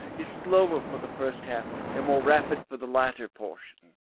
is slower for the first half and more rapid for the latter portion.